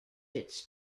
its